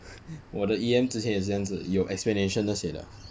我的之前也是这样子有 explanation 那些的